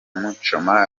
muchoma